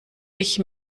ich